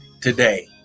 today